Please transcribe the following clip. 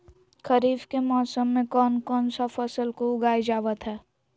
खरीफ के मौसम में कौन कौन सा फसल को उगाई जावत हैं?